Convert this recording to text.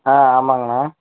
ஆ ஆமாங்கண்ணா